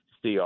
CR